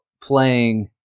playing